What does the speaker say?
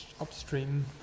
upstream